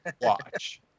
Watch